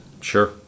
Sure